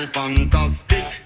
fantastic